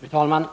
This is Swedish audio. Fru talman!